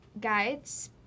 guides